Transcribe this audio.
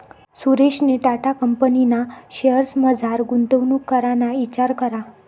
सुरेशनी टाटा कंपनीना शेअर्समझार गुंतवणूक कराना इचार करा